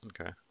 Okay